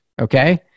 okay